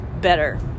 better